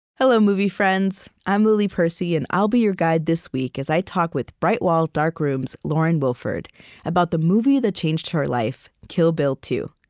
hello, movie friends. i'm lily percy, and i'll be your guide this week as i talk with bright wall dark room's lauren wilford about the movie that changed her life, kill bill two.